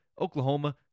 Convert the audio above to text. Oklahoma